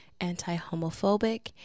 anti-homophobic